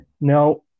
Now